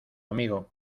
amigo